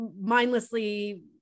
mindlessly